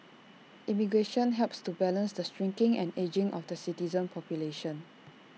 immigration helps to balance the shrinking and ageing of the citizen population